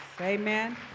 amen